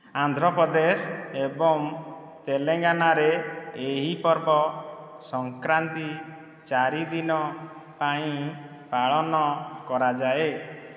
ଆନ୍ଧ୍ରପ୍ରଦେଶ ଏବଂ ତେଲେଙ୍ଗାନାରେ ଏହି ପର୍ବ ସଂକ୍ରାନ୍ତି ଚାରି ଦିନ ପାଇଁ ପାଳନ କରାଯାଏ